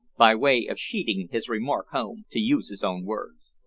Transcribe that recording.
by way of sheating his remark home to use his own words.